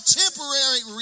temporary